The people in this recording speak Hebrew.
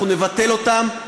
אנחנו נבטל אותם,